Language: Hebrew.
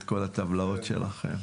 ואת כל הטבלאות שלכם.